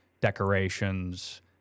decorations